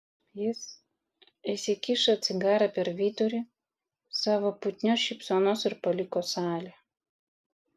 jis įsikišo cigarą per vidurį savo putnios šypsenos ir paliko salę